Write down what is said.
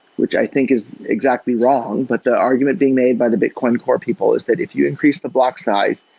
which i think is exactly wrong, but the argument being made by the bitcoin bitcoin core people is that if you increase the block size,